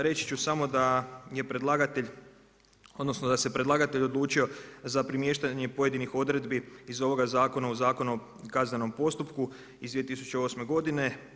Reći ću samo da je predlagatelj, odnosno da se predlagatelj odlučio za premještanje pojedinih odredbi iz ovoga zakona u Zakon o kaznenom postupku iz 2008. godine.